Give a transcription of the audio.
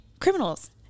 criminals